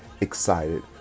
excited